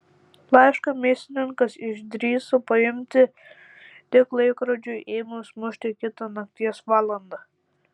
laišką mėsininkas išdrįso paimti tik laikrodžiui ėmus mušti kitą nakties valandą